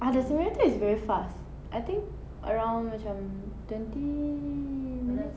ah the simulator is very fast I think around macam twenty minutes gitu